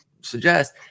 suggest